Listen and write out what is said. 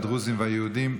הזכרת את הדרוזים והיהודים,